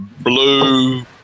blue